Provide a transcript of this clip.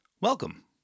Welcome